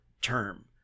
term